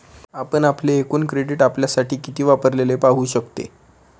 आपण आपले एकूण क्रेडिट आपल्यासाठी किती वापरलेले पाहू शकते